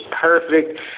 perfect